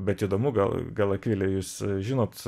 bet įdomu gal gal akvile jūs žinot